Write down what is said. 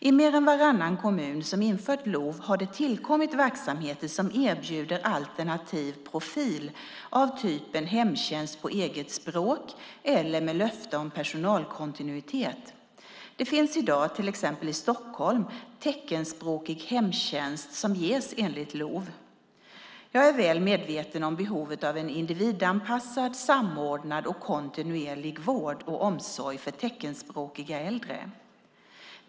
I mer än varannan kommun som infört LOV har det tillkommit verksamheter som erbjuder alternativ profil av typen hemtjänst på eget språk eller med löfte om personalkontinuitet. Det finns i dag, till exempel i Stockholm, teckenspråkig hemtjänst som ges enligt LOV. Jag är väl medveten om behovet av en individanpassad, samordnad och kontinuerlig vård och omsorg för teckenspråkiga äldre.